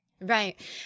Right